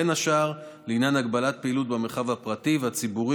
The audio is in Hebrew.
בין השאר לעניין הגבלת פעילות במרחב הפרטי והציבורי